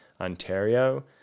Ontario